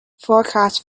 forecast